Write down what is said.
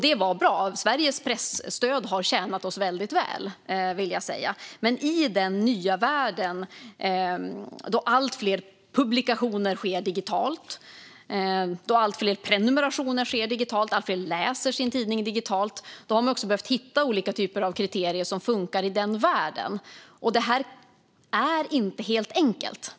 Detta var bra; Sveriges presstöd har tjänat Sverige väldigt väl, vill jag säga. Men i den nya världen, då allt fler publikationer och prenumerationer sker digitalt och allt fler läser sin tidning digitalt, har man behövt hitta olika typer av kriterier som funkar i den världen. Det här är inte helt enkelt.